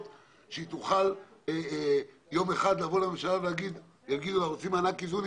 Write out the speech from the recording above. שהיא תוכל יום אחד לבוא לממשלה ולומר שהיא לא צריכה מענק איזון.